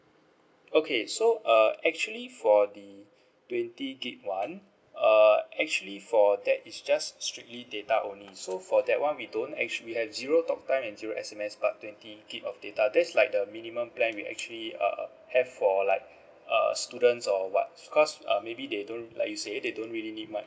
okay so uh actually for the twenty gig [one] uh actually for that is just strictly data only so for that [one] we don't actually we have zero talk time and zero S_M_S but twenty gig of data that's like the minimum plan we actually uh have for like uh students or what cause um maybe they don't like you say they don't really much